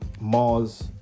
mars